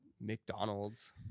McDonald's